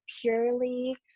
purely